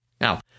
Now